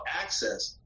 access